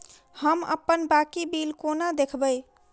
हम अप्पन बाकी बिल कोना देखबै?